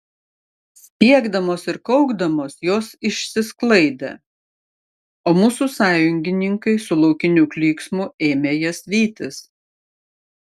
spiegdamos ir kaukdamos jos išsisklaidė o mūsų sąjungininkai su laukiniu klyksmu ėmė jas vytis